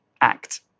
act